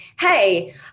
hey